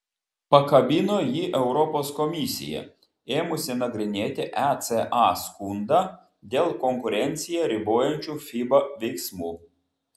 pakabino jį europos komisija ėmusi nagrinėti eca skundą dėl konkurenciją ribojančių fiba veiksmų